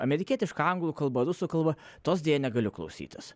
amerikietiška anglų kalba rusų kalba tos deja negaliu klausytis